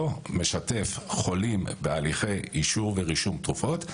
משתף חולים בהליכי אישור ורישום תרופות,